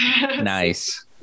nice